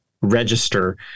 register